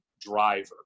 driver